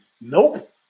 Nope